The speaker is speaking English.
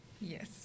Yes